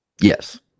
yes